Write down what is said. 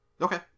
Okay